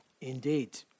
indeed